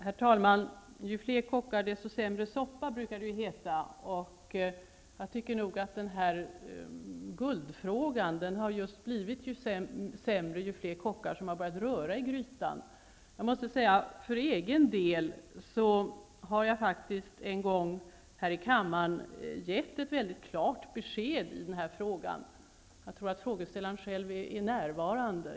Herr talman! Ju fler kockar desto sämre soppa, brukar det ju heta. Jag tycker nog att den här guldfrågan just har blivit sämre ju fler kockar som har börjat röra i grytan. För egen del har jag faktiskt en gång här i kammaren gett ett mycket klart besked i den här frågan -- och jag tror att frågeställaren själv är närvarande.